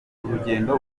urugendo